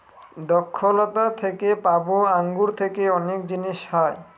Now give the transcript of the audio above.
দ্রক্ষলতা থেকে পাবো আঙ্গুর থেকে অনেক জিনিস হয়